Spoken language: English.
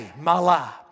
mala